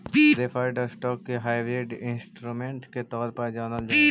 preferred stock के hybrid instrument के तौर पर जानल जा हइ